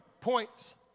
points